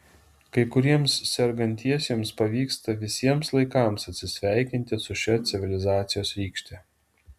kai kuriems sergantiesiems pavyksta visiems laikams atsisveikinti su šia civilizacijos rykšte